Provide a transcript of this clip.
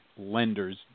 lenders